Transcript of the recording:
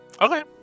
Okay